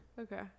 Okay